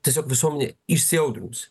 tiesiog visuomenė įsiaudrinusi